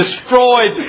destroyed